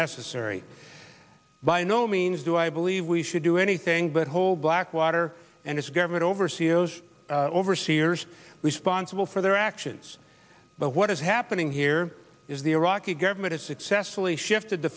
necessary by no means do i believe we should do anything but hold blackwater and its government oversee those overseers responsible for their actions but what is happening here is the iraqi government is successfully